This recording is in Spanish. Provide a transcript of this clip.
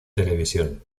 televisión